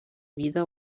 vida